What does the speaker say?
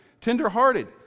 tenderhearted